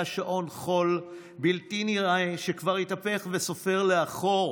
שעון חול בלתי נראה שכבר התהפך וסופר לאחור